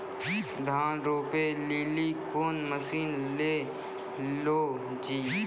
धान रोपे लिली कौन मसीन ले लो जी?